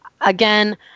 again